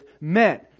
men